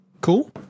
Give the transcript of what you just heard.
Cool